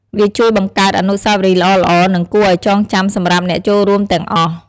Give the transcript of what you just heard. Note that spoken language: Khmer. វាជួយបង្កើតអនុស្សាវរីយ៍ល្អៗ និងគួរឲ្យចងចាំសម្រាប់អ្នកចូលរួមទាំងអស់។